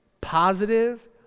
positive